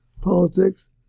politics